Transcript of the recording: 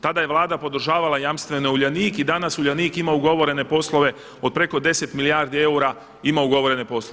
Tada je Vlada podržavala jamstvima Uljanik i danas Uljanik ima ugovorene poslove od preko 10 milijardi eura ima ugovorene poslove.